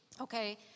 Okay